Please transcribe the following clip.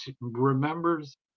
remembers